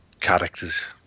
characters